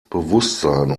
bewusstsein